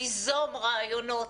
ליזום רעיונות,